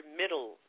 middle